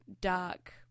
dark